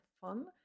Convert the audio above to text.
fun